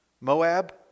Moab